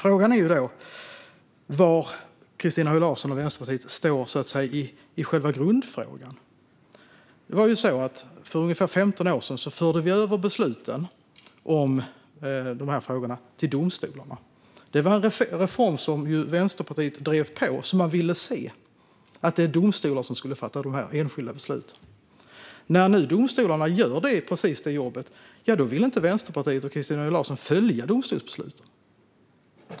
Frågan är då var Christina Höj Larsen och Vänsterpartiet står i själva grundfrågan. För ungefär 15 år sedan förde vi över besluten om dessa frågor till domstolarna. Att domstolar skulle fatta de enskilda besluten var en reform som Vänsterpartiet drev och ville se. När nu domstolarna gör precis det jobbet vill inte Vänsterpartiet och Christina Höj Larsen följa domstolsbesluten.